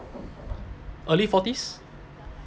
early forties